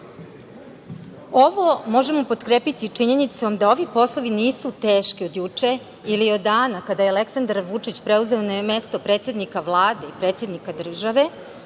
možemo potkrepiti činjenicom da ovi poslovi nisu teški od juče ili od dana kada je Aleksandar Vučić preuzeo mesto predsednika Vlade i predsednika države,